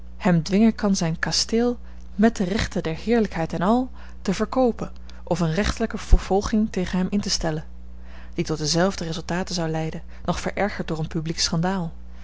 hem dwingen kan zijn kasteel met de rechten der heerlijkheid en àl te verkoopen of eene rechterlijke vervolging tegen hem in te stellen die tot dezelfde resultaten zou leiden nog verergerd door een publiek schandaal